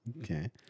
Okay